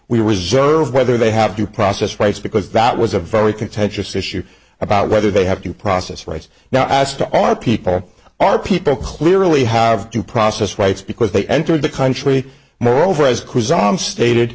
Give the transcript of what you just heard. we reserve whether they have due process rights because that was a very contentious issue about whether they have to process right now as to our people our people clearly have due process rights because they entered the country